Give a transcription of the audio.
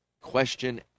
Question